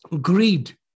greed